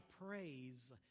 praise